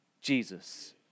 Jesus